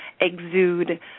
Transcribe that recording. exude